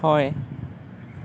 হয়